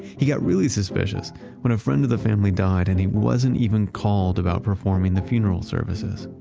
he got really suspicious when a friend of the family died and he wasn't even called about performing the funeral services.